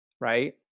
right